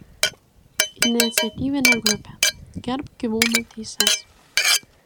iniciatyvinė grupė gerbk gyvūnų teises